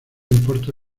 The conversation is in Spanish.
importa